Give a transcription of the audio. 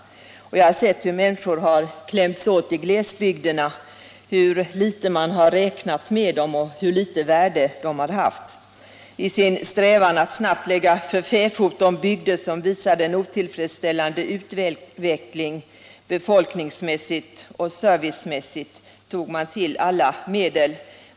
Jag har sett hur människor klämts åt i glesbygderna, hur litet man har räknat med dem och hur litet värde de haft. I sin strävan att snabbt lägga för fäfot de bygder som visade en otillfredsställande utveckling befolkningsmässigt och servicemässigt tog regeringen till alla medel.